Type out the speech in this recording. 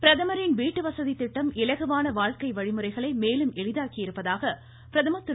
பிரதமரின் வீட்டு வசதி திட்டம் இலகுவான வாழ்க்கை வழிமுறைகளை மேலும் எளிதாக்கியிருப்பதாக பிரதமர் திரு